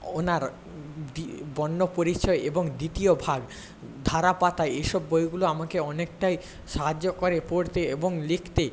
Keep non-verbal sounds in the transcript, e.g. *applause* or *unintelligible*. ওনার *unintelligible* বর্ণ পরিচয় এবং দ্বিতীয় ভাগ ধারাপাত এইসব বইগুলো আমাকে অনেকটাই সাহায্য করে পড়তে এবং লিখতে